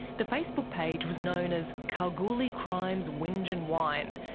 the facebook page was known as kalgoorlie crimes whinge and whine,